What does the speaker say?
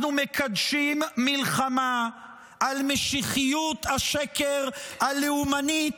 מקדשים מלחמה על משיחיות השקר הלאומנית,